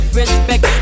respect